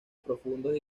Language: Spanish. profundos